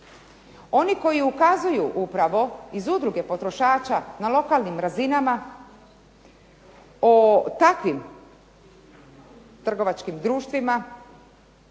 Oni koji ukazuju upravo iz Udruge potrošača na lokalnim razinama o takvim trgovačkim društvima